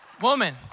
woman